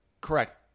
Correct